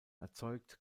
erzeugt